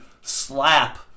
slap